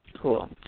Cool